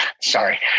Sorry